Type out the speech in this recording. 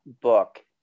book